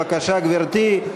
בבקשה, גברתי.